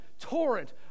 torrent